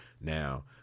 now